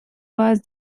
was